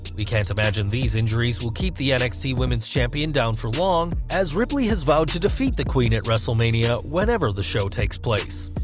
we can't imagine these injuries will keep the nxt women's champion down for long, as ripley has vowed to defeat the queen at wrestle mania, whenever the show takes place.